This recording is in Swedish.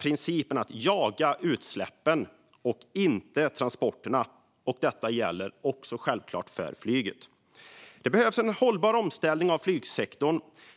principen att man ska jaga utsläppen och inte transporterna. Detta gäller självklart även för flyget. Det behövs en hållbar omställning av flygsektorn.